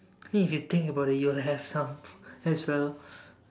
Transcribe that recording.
I mean if you think about it you'll have some as well